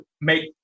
make